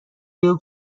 بگو